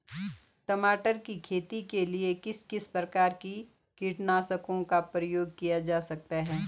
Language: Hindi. टमाटर की खेती के लिए किस किस प्रकार के कीटनाशकों का प्रयोग किया जाता है?